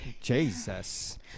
Jesus